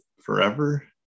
forever